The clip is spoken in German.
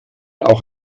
auch